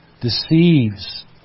deceives